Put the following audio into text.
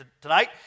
tonight